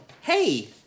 hey